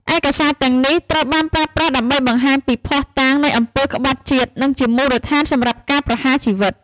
ឯកសារទាំងនេះត្រូវបានប្រើប្រាស់ដើម្បីបង្ហាញពី ភស្តុតាង នៃអំពើក្បត់ជាតិ និងជាមូលដ្ឋានសម្រាប់ការប្រហារជីវិត។